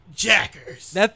Jackers